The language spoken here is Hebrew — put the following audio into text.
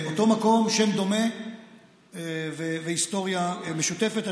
אותו מקום, שם דומה והיסטוריה משותפת.